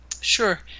Sure